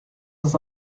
ist